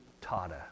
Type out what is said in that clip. tata